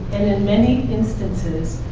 and in many instances,